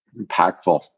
impactful